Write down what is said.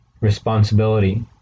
Responsibility